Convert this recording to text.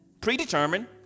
predetermined